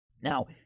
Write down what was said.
Now